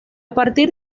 partir